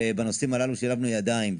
ובנושאים הללו שילבנו ידיים.